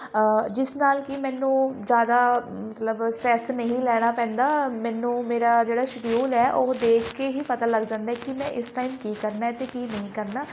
ਜਿਸ ਨਾਲ਼ ਕਿ ਮੈਨੂੰ ਜ਼ਿਆਦਾ ਮਤਲਬ ਸਟਰੈੱਸ ਨਹੀਂ ਲੈਣਾ ਪੈਂਦਾ ਮੈਨੂੰ ਮੇਰਾ ਜਿਹੜਾ ਸ਼ਡਿਊਲ ਹੈ ਉਹ ਦੇਖ ਕੇ ਹੀ ਪਤਾ ਲੱਗ ਜਾਂਦਾ ਕਿ ਮੈਂ ਇਸ ਟਾਈਮ ਕੀ ਕਰਨਾ ਅਤੇ ਕੀ ਨਹੀਂ ਕਰਨਾ